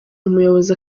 umuyobozi